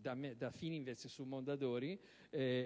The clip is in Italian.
da Fininvest su Mondadori,